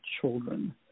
children